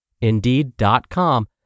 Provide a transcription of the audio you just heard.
Indeed.com